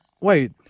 Wait